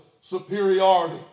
superiority